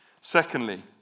Secondly